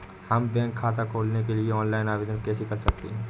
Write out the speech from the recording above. हम बैंक खाता खोलने के लिए ऑनलाइन आवेदन कैसे कर सकते हैं?